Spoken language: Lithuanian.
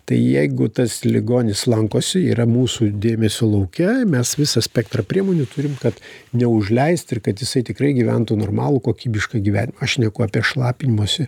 tai jeigu tas ligonis lankosi yra mūsų dėmesio lauke mes visą spektrą priemonių turim kad neužleist ir kad jisai tikrai gyventų normalų kokybišką gyvenimą aš šneku apie šlapinimosi